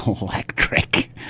electric